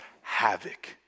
havoc